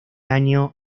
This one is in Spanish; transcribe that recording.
año